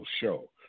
show